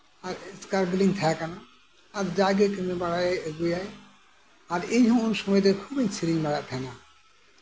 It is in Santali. ᱟᱨ ᱮᱥᱠᱟᱨ ᱜᱮᱞᱤᱧ ᱛᱟᱸᱦᱮ ᱠᱟᱱᱟ ᱟᱨ ᱡᱟᱜᱮ ᱠᱟᱹᱢᱤ ᱵᱟᱲᱟ ᱟᱹᱜᱩᱭᱟᱭ ᱟᱨ ᱤᱧᱦᱚᱸ ᱩᱱ ᱥᱚᱢᱚᱭ ᱠᱷᱩᱵ ᱤᱧ ᱥᱮᱨᱮᱧᱮᱜ ᱛᱟᱸᱦᱮᱱᱟ